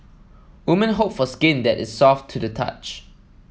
women hope for skin that is soft to the touch